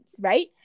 right